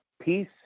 peace